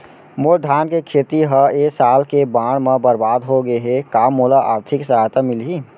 मोर धान के खेती ह ए साल के बाढ़ म बरबाद हो गे हे का मोला आर्थिक सहायता मिलही?